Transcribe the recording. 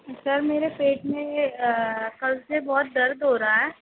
sir मेरे पेट में कल से बहुत दर्द हो रहा है